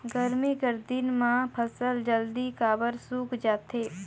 गरमी कर दिन म फसल जल्दी काबर सूख जाथे?